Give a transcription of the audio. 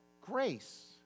grace